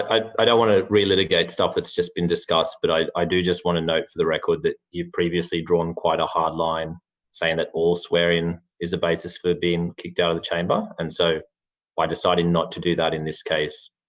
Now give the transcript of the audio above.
i don't want to relitigate stuff that has just been discussed but i i do just want to note for the record that you've previously drawn quite a hard line saying that all swearing is a basis for being kicked out of the chamber and so by deciding not to do that in this case,